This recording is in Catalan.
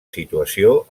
situació